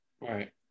Right